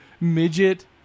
midget